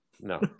No